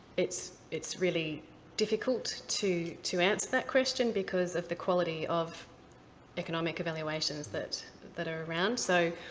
it's it's really difficult to to answer that question because of the quality of economic evaluations that that are around. so,